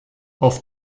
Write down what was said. auf